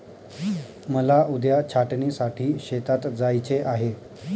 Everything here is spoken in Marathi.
मला उद्या छाटणीसाठी शेतात जायचे आहे